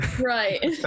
Right